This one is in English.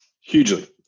Hugely